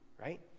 right